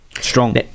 strong